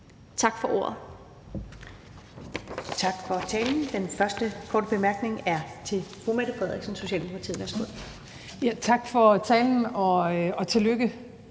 Ellemann): Tak for talen. Den første korte bemærkning er til fru Mette Frederiksen, Socialdemokratiet. Værsgo. Kl.